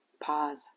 pause